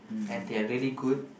and they're really good